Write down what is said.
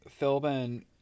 Philbin